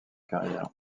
carrière